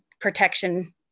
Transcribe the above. protection